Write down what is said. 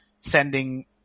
sending